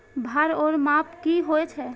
भार ओर माप की होय छै?